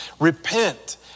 Repent